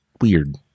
weird